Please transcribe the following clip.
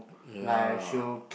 ya